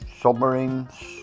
submarines